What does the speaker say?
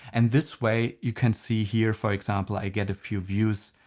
and this way you can see here for example i get a few views,